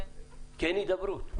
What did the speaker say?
כי אין הידברות.